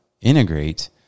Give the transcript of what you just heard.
integrate